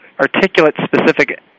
articulate-specific